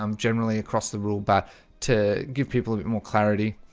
um generally across the rule but to give people a bit more clarity